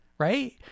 Right